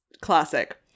classic